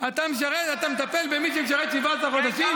אתה מטפל במי שמשרת 17 חודשים?